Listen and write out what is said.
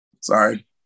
Sorry